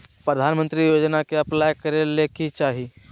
प्रधानमंत्री योजना में अप्लाई करें ले की चाही?